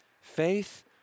Faith